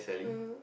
um